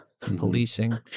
policing